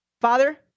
Father